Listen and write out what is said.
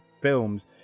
films